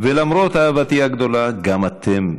ולמרות אהבתי הגדולה, גם אתם,